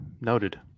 Noted